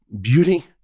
beauty